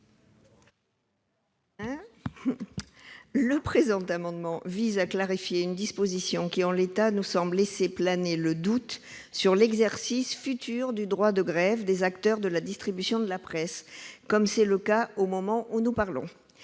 Le présent amendement vise à clarifier une disposition qui, en l'état, nous semble laisser planer le doute sur l'exercice futur du droit de grève des acteurs de la distribution de la presse, comme c'est le cas au moment où nous parlons.